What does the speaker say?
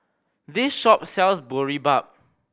this shop sells Boribap